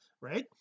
right